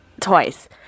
Twice